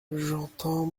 j’entends